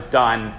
done